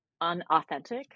unauthentic